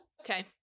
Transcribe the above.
Okay